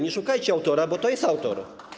Nie szukajcie autora, bo to jest autor.